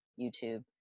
YouTube